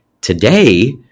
Today